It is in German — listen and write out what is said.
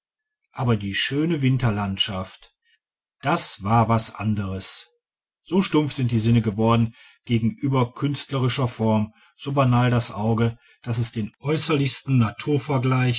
aber die schöne winterlandschaft das war was anderes so stumpf sind die sinne geworden gegenüber künstlerischer form so banal das auge daß es den äußerlichsten naturvergleich